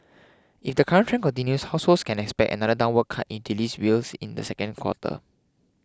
if the current trend continues households can expect another downward cut in utilities bills in the second quarter